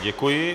Děkuji.